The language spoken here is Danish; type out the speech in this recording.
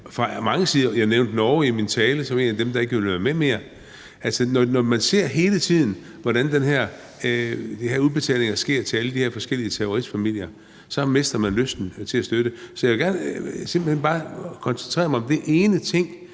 fra mange sider. Jeg nævnte Norge i min tale som en af dem, der ikke vil være med mere. Når man hele tiden ser, hvordan de her udbetalinger sker til alle de her forskellige terroristfamilier, mister man lysten til at støtte. Så jeg vil simpelt hen bare gerne koncentrere mig om den ene ting: